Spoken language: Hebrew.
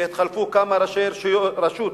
שהתחלפו כמה ראשי רשות,